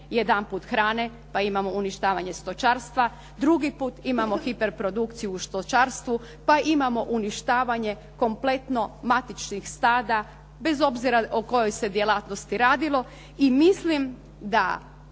jedanput hrane, pa imamo uništavanje stočarstva, drugi puta imamo hiperprodukciju u stočarstvu, pa imamo uništavanje kompletno matičnih stada, bez obzira o kojoj se djelatnosti radilo. I mislim da